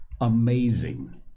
amazing